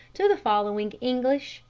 to the following english,